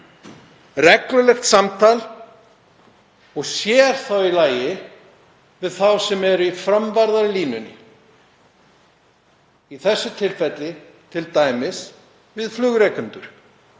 reglulegt samtal og sér í lagi við þá sem eru í framvarðalínunni, í þessu tilfelli t.d. við flugrekendur